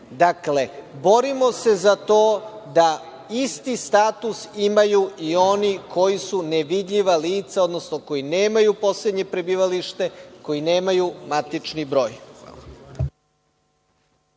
borimo se za to da isti status imaju i oni koji su nevidljiva lica, odnosno koji nemaju poslednje prebivalište, koji nemaju matični broj.